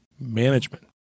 management